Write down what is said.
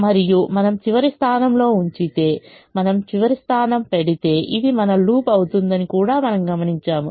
మరియు మనము చివరి స్థానంలో ఉంచితే మనము చివరి స్థానం పెడితే ఇది మన లూప్ అవుతుందని కూడా మనము గమనించాము